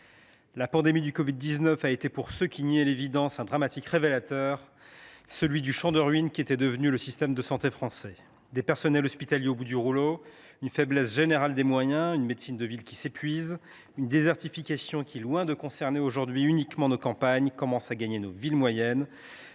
La pandémie de covid 19 a été, pour ceux qui niaient l’évidence, un dramatique révélateur : le système de santé français est devenu un champ de ruines ! Des personnels hospitaliers au bout du rouleau, une faiblesse générale des moyens, une médecine de ville qui s’épuise, une désertification qui, loin de concerner aujourd’hui uniquement nos campagnes, commence à gagner nos villes moyennes,